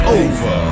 over